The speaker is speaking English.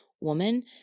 woman